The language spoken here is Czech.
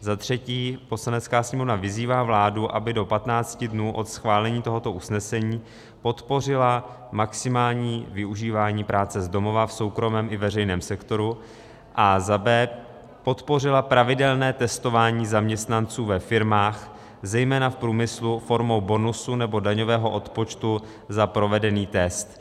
Za třetí, Poslanecká sněmovna vyzývá vládu, aby do 15 dnů od schválení tohoto usnesení podpořila maximální využívání práce z domova v soukromém i veřejném sektoru a b) podpořila pravidelné testování zaměstnanců ve firmách, zejména v průmyslu, formou bonusu nebo daňového odpočtu za provedený test.